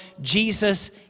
Jesus